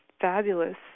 fabulous